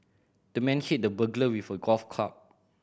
the man hit the burglar with a golf club